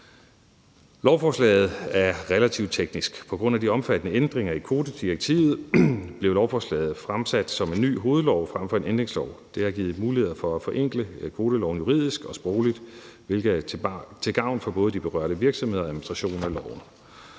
Lovforslaget er relativt teknisk, og på grund af de omfattende ændringer i kvotedirektivet blev lovforslaget fremsat som en ny hovedlov frem for en ændringslov. Det har givet muligheder for at forenkle kvoteloven juridisk og sprogligt, hvilket er til gavn for både de berørte virksomheder og administrationen af loven.